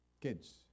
kids